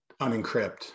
unencrypt